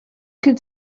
could